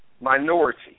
Minority